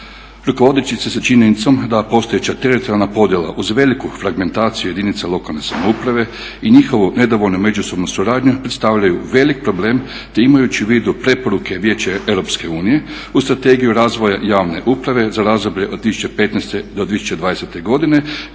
rukovodeći se sa činjenicom da postojeća teritorijalna podjela uz veliku fragmentaciju jedinica lokalne samouprave i njihovu nedovoljnu međusobnu suradnju predstavljaju velik problem te imajući u vidu preporuke Vijeća Europske unije uz Strategiju razvoja javne uprave za razdoblje od 2015. do 2020. godine.